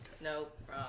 Nope